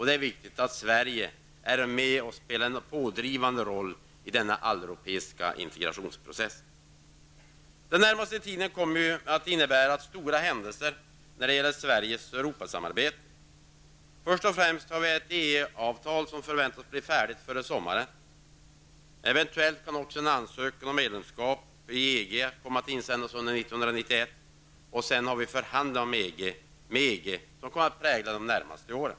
Det är viktigt att Sverige spelar en pådrivande roll i denna alleuropeiska integrationsprocess. Den närmaste tiden kommer att innebära stora händelser när det gäller Sveriges Europasamarbete. Ett EEA-avtal förväntas bli färdigt före sommaren. Eventuellt kan också en ansökan om medlemskap i EG komma att insändas under år 1991. Förhandlingarna med EG kommer sedan att prägla de närmaste åren.